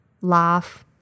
laugh